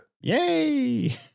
Yay